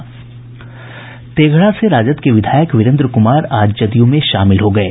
तेघड़ा से राजद के विधायक वीरेन्द्र कुमार आज जदयू में शामिल हो गये